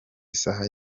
isaha